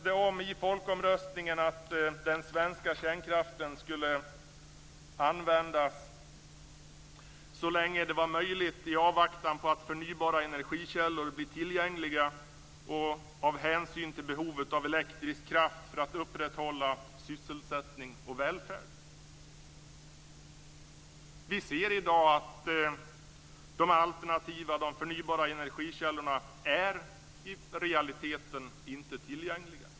Inför folkomröstningen talades det om att den svenska kärnkraften skulle användas så länge det var möjligt i avvaktan på att förnybara energikällor blir tillgängliga och av hänsyn till behovet av elektrisk kraft för att upprätthålla sysselsättning och välfärd. Vi ser i dag att de alternativa - de förnybara - energikällorna i realiteten inte är tillgängliga.